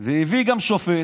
והביא גם שופט.